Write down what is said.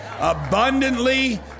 Abundantly